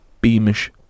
Beamish